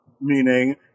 meaning